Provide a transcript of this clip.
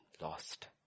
lost